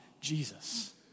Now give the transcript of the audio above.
Jesus